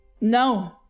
No